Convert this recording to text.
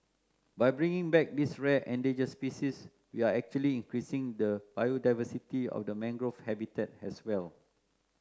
by bringing back this rare endangered species we are actually increasing the biodiversity of the mangrove habitat as well